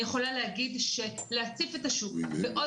אני יכולה להגיד שלהציף את השוק בעוד